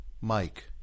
Mike